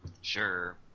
Sure